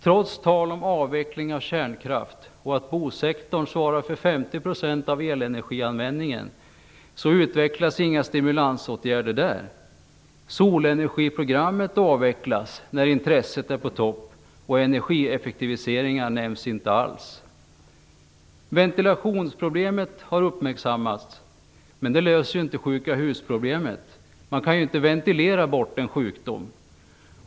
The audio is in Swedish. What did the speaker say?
Trots tal om avveckling av kärnkraft och att bosektorn svarar för 50 % av elenergianvändningen utvecklas där inga stimulansåtgärder. Solenergiprogrammet avvecklas när intresset är på topp, och energieffektiviseringar nämns inte alls. Ventilationsproblemet har uppmärksammats. Men det löser inte problemet med sjuka hus. Man kan inte ventilera bort en sjukdom.